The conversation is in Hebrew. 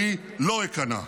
אני לא איכנע.